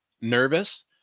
nervous